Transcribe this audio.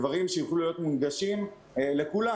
דברים שיוכלו להיות מונגשים לכולם,